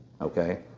Okay